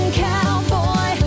cowboy